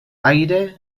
aire